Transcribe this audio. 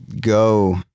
go